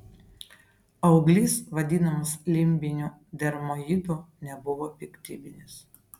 auglys vadinamas limbiniu dermoidu nebuvo piktybinis